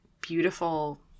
beautiful